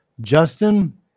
Justin